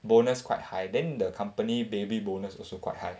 bonus quite high then the company baby bonus also quite high